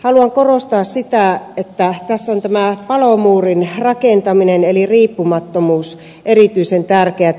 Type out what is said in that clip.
haluan korostaa sitä että tässä on tämä palomuurin rakentaminen eli riippumattomuus erityisen tärkeätä